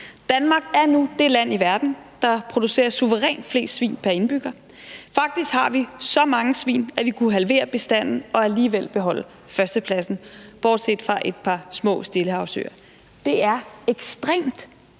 Danmark er nu det land i verden, der producerer suverænt flest svin pr. indbygger, faktisk har vi så mange svin, at vi kunne halvere bestanden og alligevel beholde førstepladsen, hvis man ser bort fra et par små stillehavsøer. Det er ekstremt,